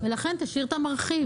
ולכן תשאיר את המרחיב.